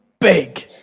big